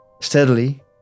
steadily